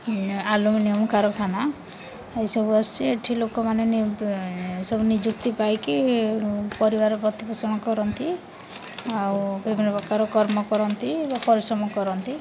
aluminium କାରଖାନା ଏହିସବୁ ଆସୁଛି ଏଠି ଲୋକମାନେ ସବୁ ନିଯୁକ୍ତି ପାଇକି ପରିବାର ପ୍ରତିପୋଷଣ କରନ୍ତି ଆଉ ବିଭିନ୍ନପ୍ରକାର କର୍ମ କରନ୍ତି ପରିଶ୍ରମ କରନ୍ତି